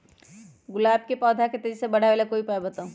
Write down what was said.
गुलाब के पौधा के तेजी से बढ़ावे ला कोई उपाये बताउ?